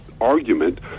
argument